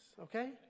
okay